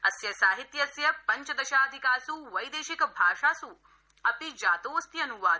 अस्य साहित्यस्य पञ्च दशाधिकास् वैदेशिक भाषास् अपि जातोऽस्ति अनुवाद